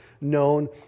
known